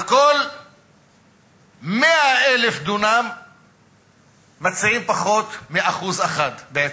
על כל 100,000 דונם מציעים פחות מ-1%, בעצם.